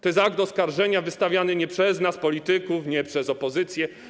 To jest akt oskarżenia wystawiany nie przez nas, polityków, nie przez opozycję.